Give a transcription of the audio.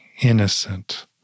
innocent